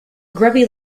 grubby